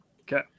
Okay